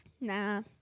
Nah